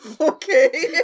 okay